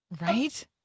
Right